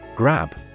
Grab